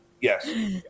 Yes